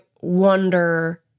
wonder –